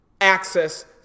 access